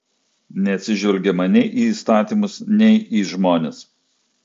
neatsižvelgiama nei į įstatymus nei į žmones